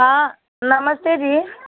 हाँ नमस्ते जी